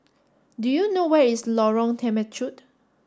do you know where is Lorong Temechut